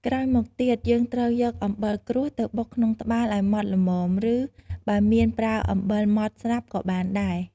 ក្រោយមកទៀត យើងត្រូវយកអំបិលក្រួសទៅបុកក្នុងត្បាល់ឱ្យម៉ដ្ឋល្មម ឬ បើមាន ប្រើអំបិលម៉ដ្តស្រាប់ក៏បានដែរ។